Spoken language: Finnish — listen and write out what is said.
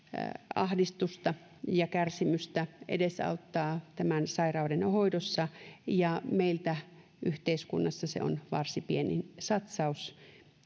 ahdistusta ja kärsimystä edesauttaa tämän sairauden hoidossa ja meillä yhteiskunnassa se on varsin pieni satsaus